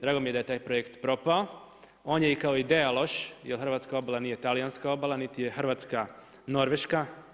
Drago mi je da je taj projekt propao, on je i kao ideja loš jer hrvatska obala nije talijanska obala niti je Hrvatska Norveška.